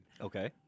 Okay